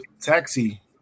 Taxi